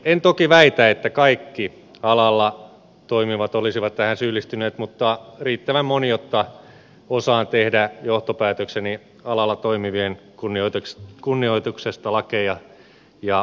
en toki väitä että kaikki alalla toimivat olisivat tähän syyllistyneet mutta riittävän moni jotta osaan tehdä johtopäätökseni alalla toimivien kunnioituksesta lakeja ja moraalia kohtaan